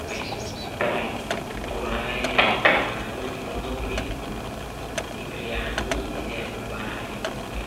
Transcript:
Kai tarai turfai. ep barnangan nah ngan dit- i- nah uring dit reh iani ep